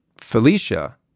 Felicia